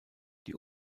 die